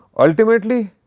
ultimately,